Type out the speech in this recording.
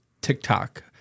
TikTok